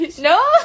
No